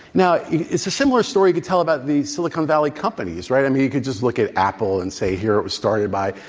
now, it's a similar story to tell about the silicon valley companies. right, i mean you can just look at apple and say here, it was started by